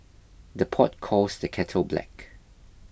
the pot calls the kettle black